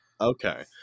Okay